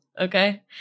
okay